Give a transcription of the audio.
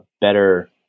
better